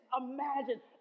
imagine